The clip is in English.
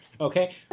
okay